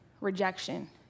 rejection